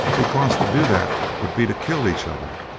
because to do that would be to kill each other,